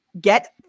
Get